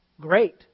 Great